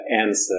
answer